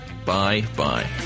Bye-bye